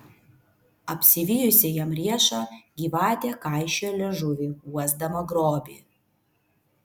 apsivijusi jam riešą gyvatė kaišiojo liežuvį uosdama grobį